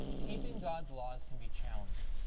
keeping god's laws can be challenging.